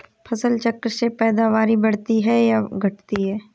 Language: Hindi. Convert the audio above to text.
फसल चक्र से पैदावारी बढ़ती है या घटती है?